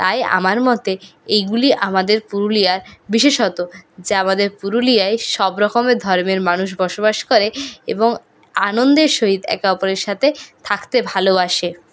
তাই আমার মতে এগুলি আমাদের পুরুলিয়ার বিশেষত যা আমাদের পুরুলিয়ায় সব রকমের ধর্মের মানুষ বসবাস করে এবং আনন্দের সহিত একে অপরের সাথে থাকতে ভালোবাসে